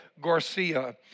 Garcia